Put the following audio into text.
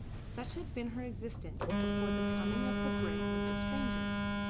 such had been her existence before the coming of the brig with the strangers.